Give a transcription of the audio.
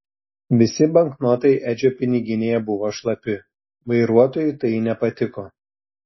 visi banknotai edžio piniginėje buvo šlapi vairuotojui tai nepatiko